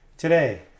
Today